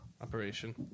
Operation